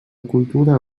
cultura